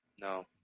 No